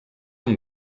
amb